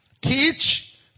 Teach